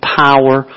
power